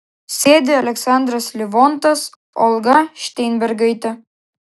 sėdi aleksandras livontas olga šteinbergaitė